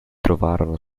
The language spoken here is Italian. trovarono